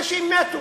אנשים מתו.